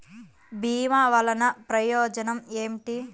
భీమ వల్లన ప్రయోజనం ఏమిటి?